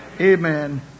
Amen